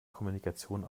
kommunikation